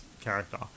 character